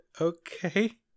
Okay